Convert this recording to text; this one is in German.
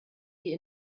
die